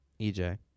EJ